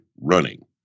running